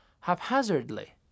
haphazardly